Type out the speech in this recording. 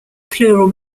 plural